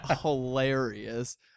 hilarious